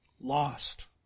lost